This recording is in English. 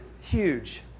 huge